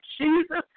Jesus